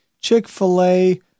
Chick-fil-A